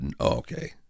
okay